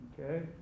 Okay